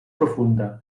profunda